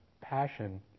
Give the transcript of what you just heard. passion